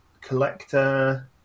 collector